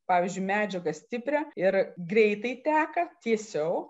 pavyzdžiui medžiagą stiprią ir greitai teka tiesiau